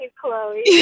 chloe